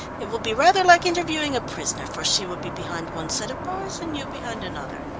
it will be rather like interviewing a prisoner, for she will be behind one set of bars and you behind another.